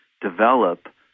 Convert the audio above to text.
develop